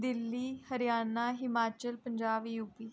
Delhi Haryana Himachal Punjab U पी